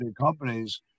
companies